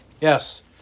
Yes